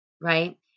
right